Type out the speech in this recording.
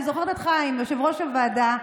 אני זוכרת את חיים, יושב-ראש הוועדה,